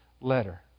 letter